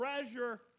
treasure